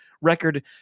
record